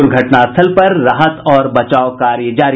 दूर्घटना स्थल पर राहत और बचाव कार्य जारी